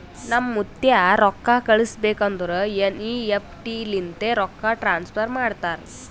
ನಮ್ ಮುತ್ತ್ಯಾ ರೊಕ್ಕಾ ಕಳುಸ್ಬೇಕ್ ಅಂದುರ್ ಎನ್.ಈ.ಎಫ್.ಟಿ ಲಿಂತೆ ರೊಕ್ಕಾ ಟ್ರಾನ್ಸಫರ್ ಮಾಡ್ತಾರ್